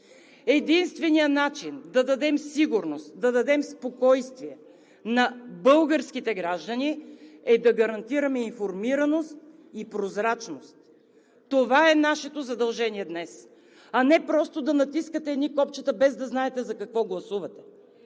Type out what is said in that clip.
Единственият начин да дадем сигурност, да дадем спокойствие на българските граждани е да гарантираме информираност и прозрачност. Това е нашето задължение днес, а не просто да натискате едни копчета, без да знаете за какво гласувате!